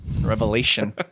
Revelation